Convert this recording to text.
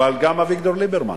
אבל גם אביגדור ליברמן.